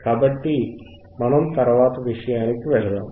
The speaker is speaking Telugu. కాబట్టి మనం తరువాతి విషయానికి వెళ్దాం